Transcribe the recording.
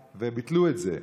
וביטלו את זה.